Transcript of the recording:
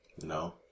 No